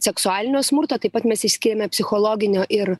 seksualinio smurto taip pat mes išskiriame psichologinio ir